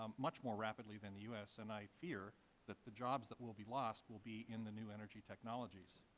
um much more rapidly than the u s. and i fear that the jobs that will be lost will be in the new energy technologies.